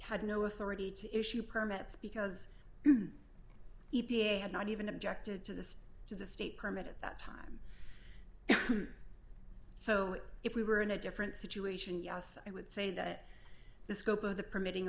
had no authority to issue permits because e p a had not even objected to this to the state permit at that time so if we were in a different situation yes i would say that the scope of the permitting